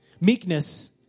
meekness